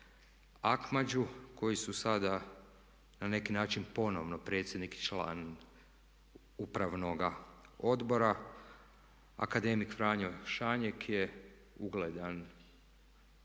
Akmađu koji su sada na neki način ponovno predsjednik i član upravnog odbora. Akademik Franjo Šanjek je ugledan